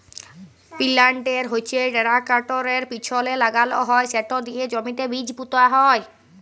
পিলান্টের হচ্যে টেরাকটরের পিছলে লাগাল হয় সেট দিয়ে জমিতে বীজ পুঁতা হয়